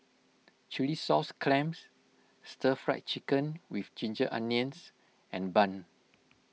Chilli Sauce Clams Stir Fry Chicken with Ginger Onions and Bun